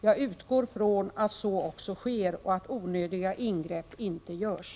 Jag utgår från att så också sker och att ”onödiga” ingrepp inte görs.